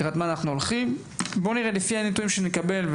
לפי הנתונים שנקבל,